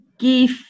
give